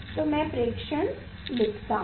तो मैं प्रेक्षण लिखता हूँ